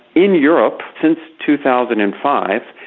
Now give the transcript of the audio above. in europe, since two thousand and five,